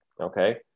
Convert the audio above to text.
okay